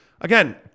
again